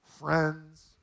friends